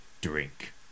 drink